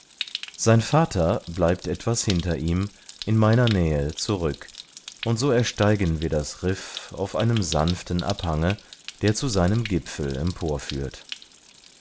sein vater bleibt etwas hinter ihm in meiner nähe zurück und so ersteigen wir das riff auf einem sanften abhange der zu seinem gipfel empor